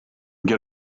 get